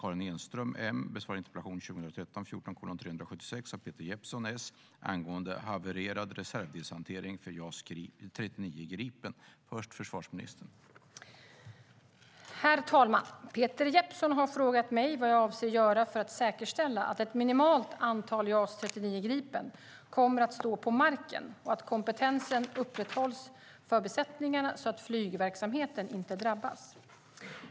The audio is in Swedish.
Herr talman! Peter Jeppsson har frågat mig vad jag avser att göra för att säkerställa att ett minimalt antal JAS 39 Gripen kommer att stå på marken och att kompetensen upprätthålls för besättningarna så att flygverksamheten inte drabbas.